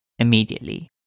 immediately